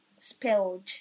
spelled